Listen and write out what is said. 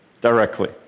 directly